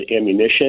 ammunition